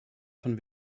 von